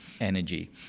energy